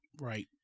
Right